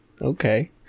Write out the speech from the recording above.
Okay